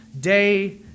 day